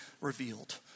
revealed